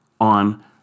on